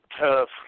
tough